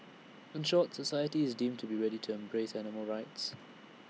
in short society is deemed to be ready to embrace animal rights